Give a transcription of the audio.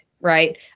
right